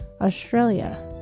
Australia